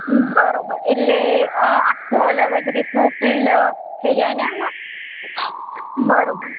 બરાબર એટલે અ આખું અલગ જ રીતનું ફિલ્ડ થઈ જાય ને એમાં બરાબર